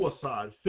Suicide